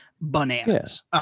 bananas